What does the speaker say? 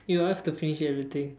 you have to finish everything